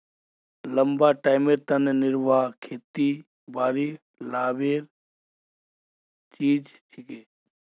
लंबा टाइमेर तने निर्वाह खेतीबाड़ी लाभेर चीज छिके